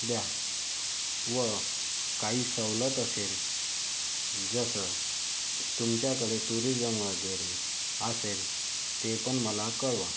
द्या व काही सवलत असेल जसं तुमच्याकडे टुरीजम वगैरे असेल ते पण मला कळवा